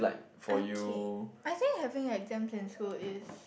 okay I think having exams in school is